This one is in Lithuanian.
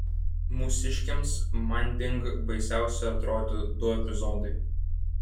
mūsiškiams manding baisiausi atrodė du epizodai